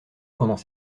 pendant